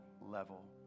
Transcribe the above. level